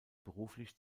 beruflich